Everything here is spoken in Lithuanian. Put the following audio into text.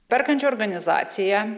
perkančioji organizacija